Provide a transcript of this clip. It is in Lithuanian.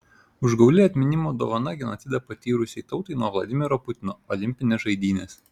užgauli atminimo dovana genocidą patyrusiai tautai nuo vladimiro putino olimpinės žaidynės